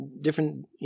different